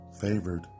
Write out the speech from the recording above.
Favored